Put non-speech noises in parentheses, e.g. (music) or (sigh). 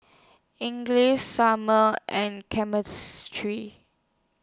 (unintelligible) Sumner and (unintelligible)